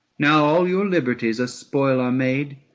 now all your liberties a spoil are made,